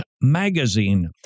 Magazine